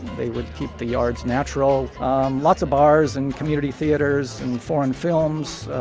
they would keep the yards natural lots of bars and community theaters and foreign films,